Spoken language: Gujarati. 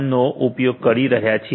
1 નો ઉપયોગ કરી રહ્યા છીએ